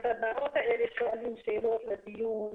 אז שואלים שאלות בדיון,